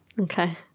Okay